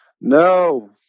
No